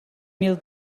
mil